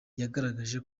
yagaragaje